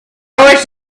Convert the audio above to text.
voice